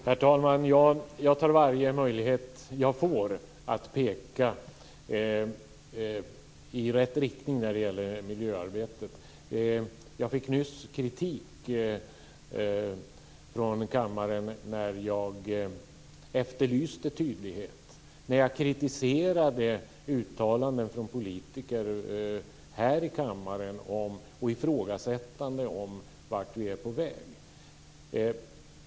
Herr talman! Jag tar varje möjlighet jag får att peka i rätt riktning när det gäller miljöarbetet. Jag fick nyss kritik från kammaren när jag efterlyste tydlighet, när jag kritiserade uttalanden från politiker här i kammaren och ifrågasatte vart vi är på väg.